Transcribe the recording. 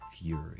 Fury